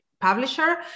publisher